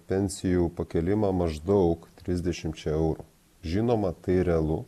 pensijų pakėlimą maždaug trisdešimčia eurų žinoma tai realu